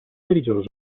religioso